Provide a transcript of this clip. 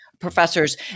professors